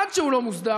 עד שהוא לא מוסדר,